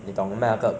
so so 的 ah